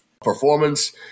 performance